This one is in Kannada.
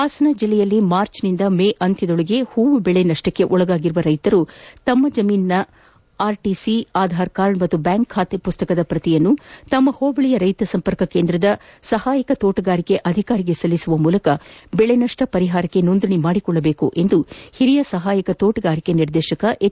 ಹಾಸನ ಜಿಲ್ಲೆಯಲ್ಲಿ ಮಾರ್ಚ್ನಿಂದ ಮೇ ಅಂತ್ಯದೊಳಗೆ ಹೂವು ಬೆಳೆ ನಷ್ಟಕ್ಕೆ ಒಳಗಾಗಿರುವ ರೈತರು ತಮ್ಮ ಜಮೀನಿನ ಆರ್ಟಿಸಿ ಆಧಾರ್ ಕಾರ್ಡ್ ಹಾಗೂ ಬ್ಯಾಂಕ್ ಖಾತೆ ಪುಸ್ತಕದ ಪ್ರತಿಯನ್ನು ತಮ್ಮ ಹೋಬಳಿಯ ರೈತ ಸಂಪರ್ಕ ಕೇಂದ್ರದ ಸಹಾಯಕ ತೋಟಗಾರಿಕಾ ಅಧಿಕಾರಿಗೆ ಸಲ್ಲಿಸುವ ಮೂಲಕ ಬೆಳೆ ನಷ್ಟ ಪರಿಹಾರಕ್ಕೆ ನೋಂದಣಿ ಮಾಡಿಕೊಳ್ಳಬೇಕು ಎಂದು ಹಿರಿಯ ಸಹಾಯಕ ತೋಟಗಾರಿಕಾ ನಿರ್ದೇಶಕ ಎಚ್